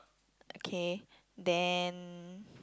okay then